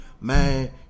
man